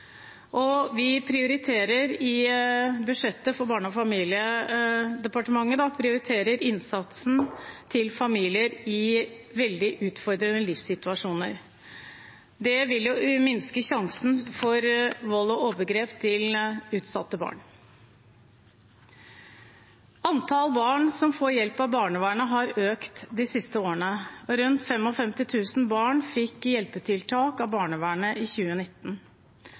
I budsjettet til Barne- og familiedepartementet prioriteres innsatsen til familier i veldig utfordrende livssituasjoner. Det vil minske risikoen for vold og overgrep mot utsatte barn. Antall barn som får hjelp av barnevernet, har økt de siste årene. Rundt 55 000 barn fikk hjelpetiltak av barnevernet i 2019.